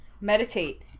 Meditate